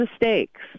mistakes